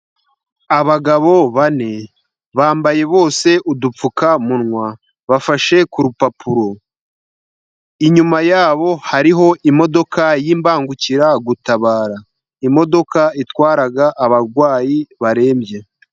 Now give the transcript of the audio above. Abagabo bane bambaye bose udupfukamunwa. Bafashe ku rupapuro, inyuma yabo hariho imodoka y'imbangukiragutabara imodoka itwaraga abarwayi barembye.